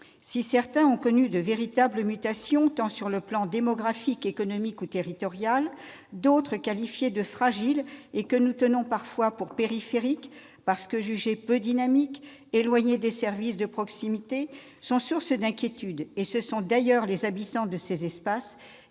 territoires ont connu de véritables mutations sur le plan tant démographique, qu'économique ou territorial, d'autres, qualifiés de « fragiles », et que nous tenons parfois pour périphériques, parce que jugés peu dynamiques et éloignés des services de proximité, sont sources d'inquiétudes. Ce sont d'ailleurs les habitants de ces espaces